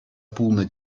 пулнӑ